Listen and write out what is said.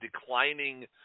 declining